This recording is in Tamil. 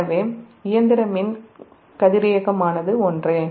எனவே இயந்திர மின் கதிரியக்கமானது ஒன்றே